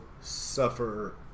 suffer